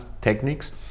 techniques